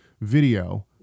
video